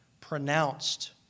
pronounced